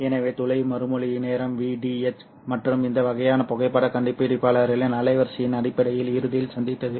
எனவே துளை மறுமொழி நேரம் Vdh மற்றும் இந்த வகையான புகைப்படக் கண்டுபிடிப்பாளரின் அலைவரிசையின் அடிப்படையில் இறுதியில் சந்தித்தது